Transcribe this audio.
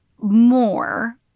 more